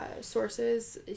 sources